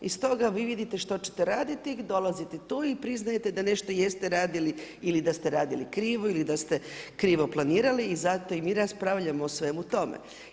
I stoga vi vidite što ćete raditi, dolaziti tu i priznajete da nešto jeste radili ili da ste radili krivo ili da ste krivo planirali i zato i mi raspravljamo o svemu tome.